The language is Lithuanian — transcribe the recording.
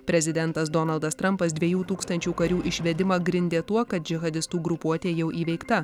prezidentas donaldas trampas dviejų tūkstančių karių išvedimą grindė tuo kad džihadistų grupuotė jau įveikta